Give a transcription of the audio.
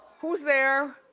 who's there?